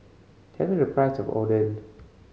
tell me the price of Oden